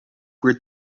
por